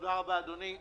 תודה רבה, אדוני.